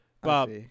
Bob